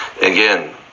again